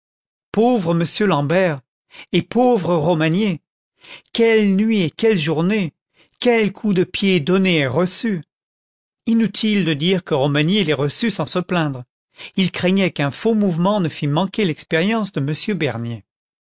pauvre m l'ambert et pauvre romagné quelles nuits et quelles journées quels coups de pied donnés et reçus inutile de dire que romagné les reçut sans se plaindre il craignait qu'un faux mouvement ne fit manquer l'expérience de m bernier